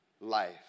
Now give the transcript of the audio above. life